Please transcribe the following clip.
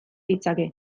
ditzake